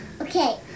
Okay